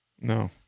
No